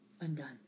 undone